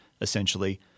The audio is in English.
essentially